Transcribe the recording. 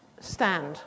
stand